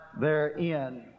therein